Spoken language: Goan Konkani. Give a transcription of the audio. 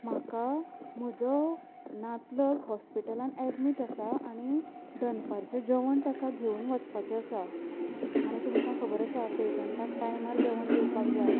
म्हाका म्हजो नातलग हॉस्पिटलांत ऍडमीट आसा आनी दनपारचें जेवण ताका घेवन वचपाचें आसा आनी तुमकां खबर आसा पेशंटाक टायमार जेवण दिवपाक जाय